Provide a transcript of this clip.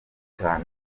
cyane